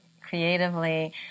creatively